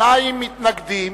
שניים מתנגדים,